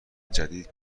جدید